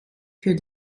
für